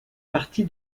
partie